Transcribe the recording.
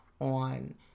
on